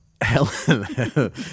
Helen